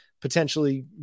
potentially